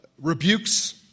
rebukes